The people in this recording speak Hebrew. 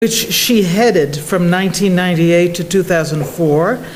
She headed from 1998 to 2004.